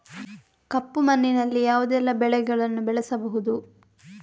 ಕಪ್ಪು ಮಣ್ಣಿನಲ್ಲಿ ಯಾವುದೆಲ್ಲ ಬೆಳೆಗಳನ್ನು ಬೆಳೆಸಬಹುದು?